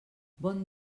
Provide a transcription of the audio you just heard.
bon